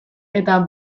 eta